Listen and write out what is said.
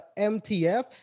MTF